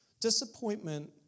Disappointment